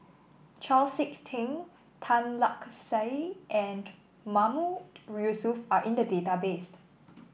Chau SiK Ting Tan Lark Sye and Mahmood Yusof are in the database